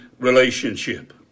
relationship